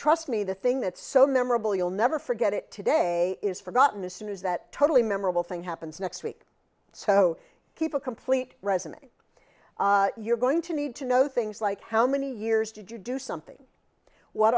trust me the thing that's so memorable you'll never forget it today is forgotten as soon as that totally memorable thing happens next week so keep a complete resume you're going to need to know things like how many years did you do something what